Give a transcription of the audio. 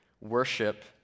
Worship